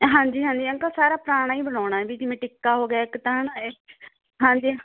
ਹਾਂਜੀ ਹਾਂਜੀ ਅੰਕਲ ਸਾਰਾ ਪੁਰਾਣਾ ਹੀ ਬਣਾਉਣਾ ਵੀ ਜਿਵੇਂ ਟਿੱਕਾ ਹੋ ਗਿਆ ਇੱਕ ਤਾਂ ਇਹ ਹਾਂਜੀ